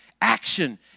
action